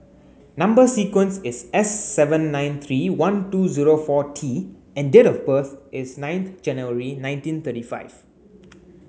number sequence is S seven nine three one two zero four T and date of birth is ninth January nineteen thirty five